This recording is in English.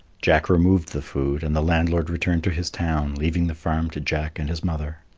jack removed the food, and the landlord returned to his town, leaving the farm to jack and his mother.